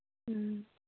ꯎꯝ